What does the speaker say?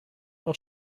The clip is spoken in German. auch